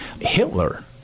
Hitler